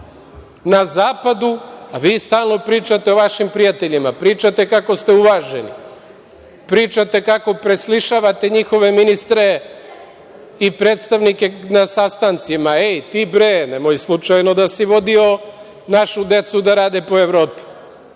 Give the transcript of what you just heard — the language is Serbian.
na zapadu, a vi stalno pričate o vašim prijateljima, pričate kako ste uvaženi, pričate kako preslišavate njihove ministre i predstavnike na sastancima – ej ti, bre, nemoj slučajno da si vodio našu decu da rade po Evropi.Za